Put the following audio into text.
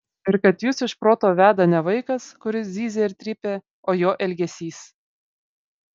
ir kad jus iš proto veda ne vaikas kuris zyzia ir trypia o jo elgesys